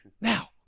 now